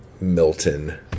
Milton